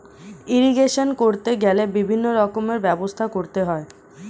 irrigation করতে গেলে বিভিন্ন রকমের ব্যবস্থা করতে হয়